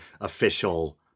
official